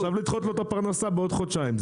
עכשיו לדחות לו את הפרנסה בעוד חודשיים,